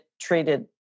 treated